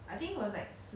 a crush lah